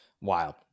Wild